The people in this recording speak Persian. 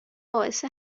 باعث